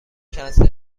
کنسل